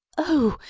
oh,